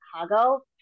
Chicago